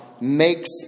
makes